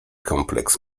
kompleks